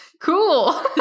Cool